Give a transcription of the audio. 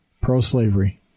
Pro-slavery